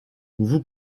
vous